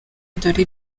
dore